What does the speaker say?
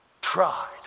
tried